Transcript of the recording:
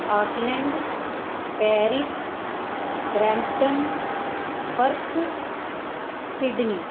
Auckland Paris Brampton Perth Sydney